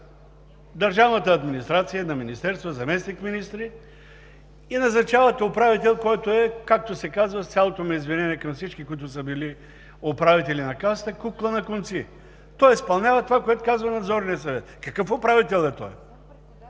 държавната администрация, на министерства, заместник-министри и назначават управител, който е, както се казва, с цялото ми извинение към всички, които са били управители на Касата, кукла на конци. Тоест изпълнява това, което казва Надзорният съвет. Какъв управител е той?